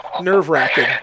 nerve-wracking